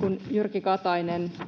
kun Jyrki Katainen antoi